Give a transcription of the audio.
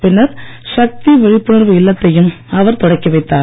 பின்னர் சக்தி விழிப்புணர்வு இல்லத்தையும் அவர் தொடக்கி வைத்தார்